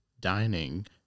dining